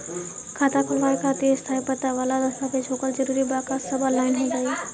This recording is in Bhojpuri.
खाता खोलवावे खातिर स्थायी पता वाला दस्तावेज़ होखल जरूरी बा आ सब ऑनलाइन हो जाई?